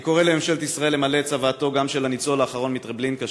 אני קורא לממשלת ישראל למלא גם את צוואתו של הניצול האחרון מטרבלינקה,